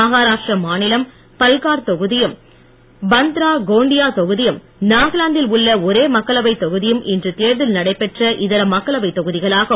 மஹாராஷ்டிர மாநிலம் பல்கார் தொகுதியும் பந்த்ரா கோண்டியா தொகுதியும் நாகாலா ந்தில் உள்ள ஒரே ஒரு மக்களவைத் தொகுதியும் இன்று இடைத்தேர்தல் நடைபெற்ற இதர மக்களவைத் தொகுதிகளாகும்